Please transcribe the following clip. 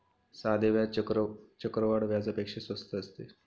साधे व्याज चक्रवाढ व्याजापेक्षा स्वस्त असते